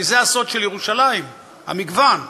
כי זה הסוד של ירושלים, המגוון: